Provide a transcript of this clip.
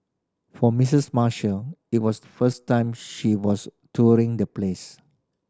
for Missus Marshall it was first time she was touring the place